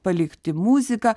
palikti muziką